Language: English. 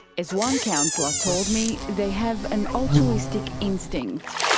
as one counsellor told me, they have an altruistic instinct.